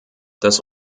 das